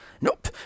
nope